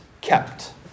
kept